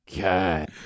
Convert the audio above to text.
God